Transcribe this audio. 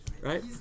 Right